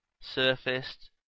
surfaced